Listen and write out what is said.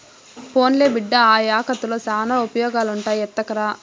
పోన్లే బిడ్డా, ఆ యాకుల్తో శానా ఉపయోగాలుండాయి ఎత్తకరా